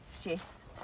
chefs